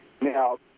Now